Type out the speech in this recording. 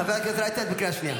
חברת הכנסת רייטן, את בקריאה שנייה.